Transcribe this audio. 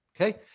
Okay